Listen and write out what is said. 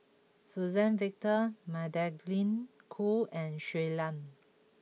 Suzann Victor Magdalene Khoo and Shui Lan